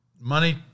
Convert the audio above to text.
money